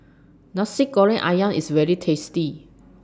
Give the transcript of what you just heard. Nasi Goreng Ayam IS very tasty